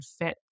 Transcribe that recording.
fit